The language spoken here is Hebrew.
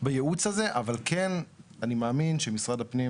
בייעוץ הזה, אבל כן אני מאמין שמשרד הפנים